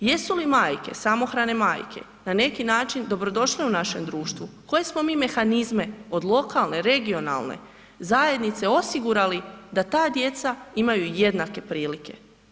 Jesu li majke, samohrane majke na neki način dobrodošle u našem društvu, koje smo mi mehanizme od lokalne, regionalne zajednice osigurali da ta djeca imaju jednake prilike.